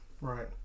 Right